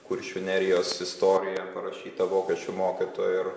kuršių nerijos istoriją parašyta vokiečių mokytojų ir